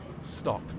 Stop